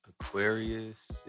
Aquarius